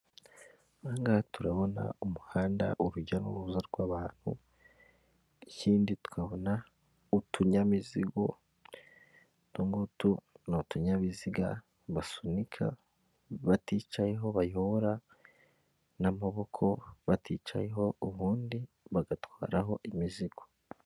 Aha ngaha turabona umuhanda urujya n'uruza rw'abantu. Ikindi tukabona utunyamizigo, utu ngutu ni utunyabiziga basunika baticayeho bayobora n'amaboko baticayeho ubundi bagatwaraho imizigo.